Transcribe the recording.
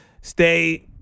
Stay